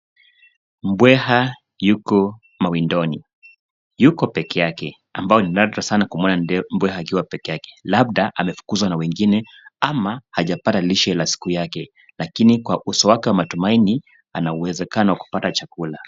Mbwekha yuko mawindoni. Yuko pekee yake ambayo ni nadra sana kumwona mbwekha akiwa pekee yake, labda amefukuzwa na wengine ama hajapata lishe ya siku yake, lakini kwa uso wake wa matumaini ana uwezekano wa kupata chakula.